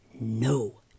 no